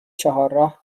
چهارراه